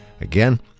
Again